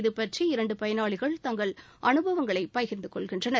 இது பற்றி இரண்டு பயனாளிகள் தங்கள் அனுபவங்களை பகிர்ந்து கொள்கின்றனர்